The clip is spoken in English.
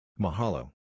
Mahalo